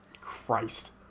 Christ